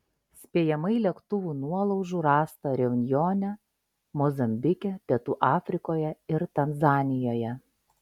spėjamai lėktuvų nuolaužų rasta reunjone mozambike pietų afrikoje ir tanzanijoje